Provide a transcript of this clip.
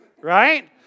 Right